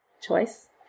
choice